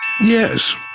Yes